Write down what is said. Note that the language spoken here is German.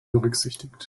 berücksichtigt